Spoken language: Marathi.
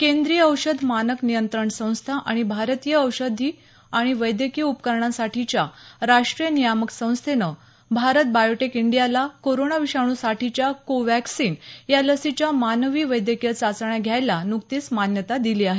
केंद्रीय औषध मानक नियंत्रण संस्था आणि भारतीय औषधी आणि वैद्यकीय उपकरणांसाठीच्या राष्ट्रीय नियामक संस्थेनं भारत बायोटेक इंडीयाला कोरोना विषाणुसाठीच्या कोव्याक्सीन या लसीच्या मानवी वैद्यकीय चाचण्या घ्यायला नुकतीच मान्यता दिली आहे